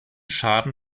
schaden